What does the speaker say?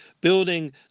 building